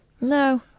no